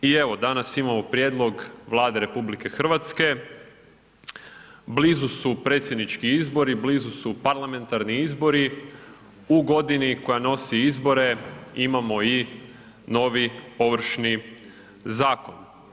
I evo danas imamo prijedlog RH, blizu su predsjednički izbori, blizu su parlamentarni izbori, u godini koja nosi izbore imamo i novi Ovršni zakon.